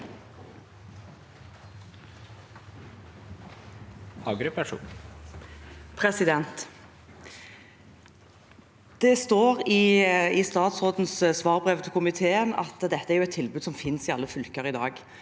Det står i statsråd- ens svarbrev til komiteen at dette er et tilbud som finnes i alle fylker i dag.